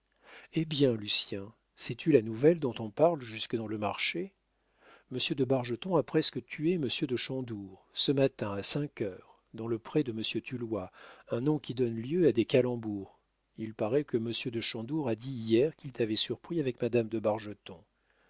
hé bien lucien sais-tu la nouvelle dont on parle jusque dans le marché monsieur de bargeton a presque tué monsieur de chandour ce matin à cinq heures dans le pré de monsieur tulloye un nom qui donne lieu à des calembours il paraît que monsieur de chandour a dit hier qu'il t'avait surpris avec madame de